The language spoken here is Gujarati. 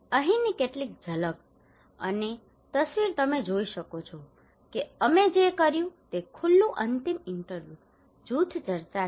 અહીંની કેટલીક ઝલક અને તસવીર તમે જોઈ શકો છો કે અમે જે કર્યું તે ખુલ્લું અંતિમ ઇન્ટરવ્યૂ જૂથ ચર્ચા છે